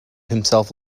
himself